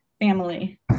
family